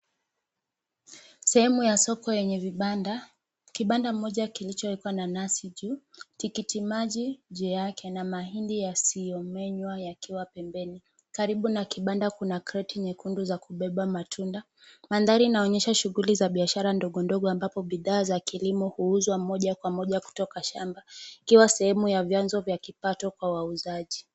Sehemu ya soko yenye vibanda. Kibanda moja kilichowekwa nanasi juu, tikiti maji juu yake na mahidi yasiyomenya yakiwa pembeni. Karibu na kibanda kuna kreti nyekundu za kubeba matunda. Mandhari inaonyesha shughuli ya biashara ndogo ndogo ambapo bidhaa za kilimo huuzwa moja kwa moja kutoka shamba, ikiwa sehemu ya vyanzo vya kipato kwa wauzaji.